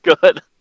good